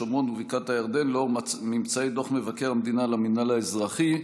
שומרון ובקעת הירדן לאור ממצאי דוח מבקר המדינה על המינהל האזרחי,